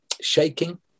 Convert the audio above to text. shaking